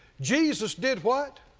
jesus did what?